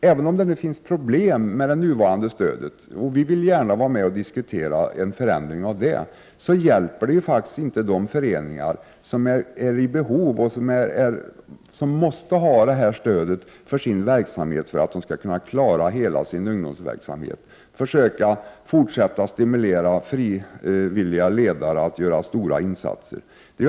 Även om det finns problem med det nuvarande stödet — och centern vill gärna vara med och diskutera en förändring av det — hjälper det faktiskt inte föreningarna att man vill förändra stödet. Föreningarna är i behov av detta stöd för att klara hela sin ungdomsverksamhet och försöka forsätta att stimulera frivilliga ledare att göra stora insatser.